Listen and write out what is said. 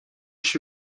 się